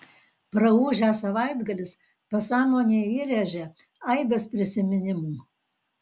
praūžęs savaitgalis pasąmonėje įrėžė aibes prisiminimų